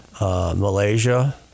Malaysia